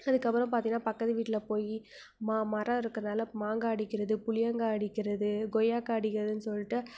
அதுக்கப்புறம் பார்த்தினா பக்கத்து வீட்டில் போய் மா மரம் இருக்கிறனால மாங்காய் அடிக்கிறது புளியங்காய் அடிக்கிறது கொய்யாக்காய் அடிக்கிறதுனு சொல்லிட்டு